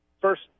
First